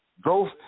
Growth